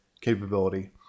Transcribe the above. capability